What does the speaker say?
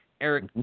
Eric